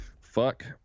fuck